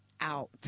out